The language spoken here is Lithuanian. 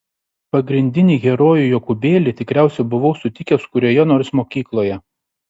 pagrindinį herojų jokūbėlį tikriausiai buvau sutikęs kurioje nors mokykloje